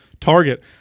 Target